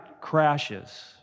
crashes